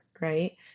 right